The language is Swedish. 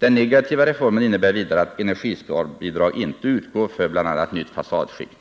Den negativa reformen innebär vidare att energisparbidrag inte utgår för bl.a. nytt fasadskikt.